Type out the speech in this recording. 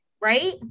Right